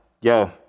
yo